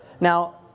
Now